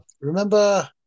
Remember